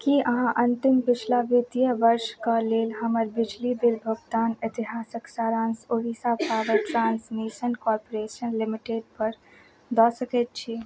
की अहाँ अन्तिम पिछला वित्तीय वर्ष कऽ लेल हमर बिजली बिल भुगतान इतिहासक सारांश ओड़ीसा पावर ट्रांसमिशन कॉर्पोरेशन लिमिटेडपर दऽ सकैत छी